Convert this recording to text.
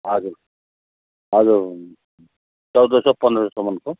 हजुर हजुर चोध सौ पन्ध्र सौसम्मको